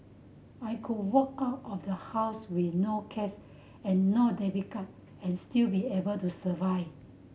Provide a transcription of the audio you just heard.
I could walk out of the house with no cash and no debit card and still be able to survive